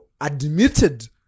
admitted